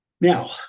Now